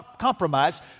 compromise